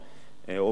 היא הובילה,